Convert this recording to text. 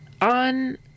on